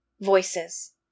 Voices